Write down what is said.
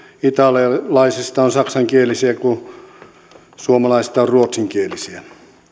italialaisista on saksankielisiä kuin suomalaisista on ruotsinkielisiä